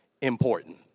important